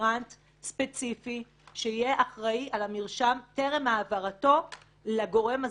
רפרנט ספציפי שיהיה אחראי על המרשם טרם העברתו לגורם הזכאי.